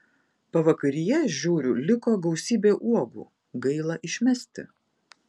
pavakaryje žiūriu liko gausybė uogų gaila išmesti